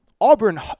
Auburn